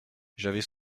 j’avais